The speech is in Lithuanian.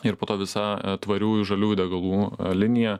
ir po to visa tvariųjų žaliųjų degalų linija